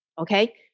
okay